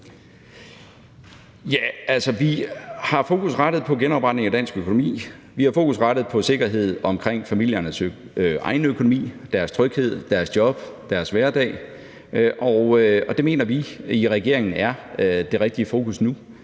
vi har fokus rettet på genopretningen af dansk økonomi. Vi har fokus rettet på sikkerhed omkring familiernes egen økonomi, deres tryghed, deres job og deres hverdag, og det mener vi i regeringen er det rigtige fokus nu.